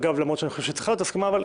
למרות שאני חושב שצריכה להיות עליו הסכמה.